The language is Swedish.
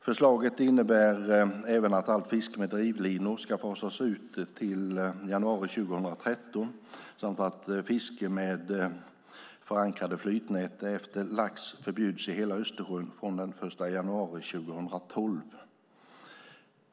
Förslaget innebär även att allt fiske med drivlinor ska fasas ut till januari 2013 samt att fiske med förankrade flytnät efter lax förbjuds i hela Östersjön från den 1 januari 2012.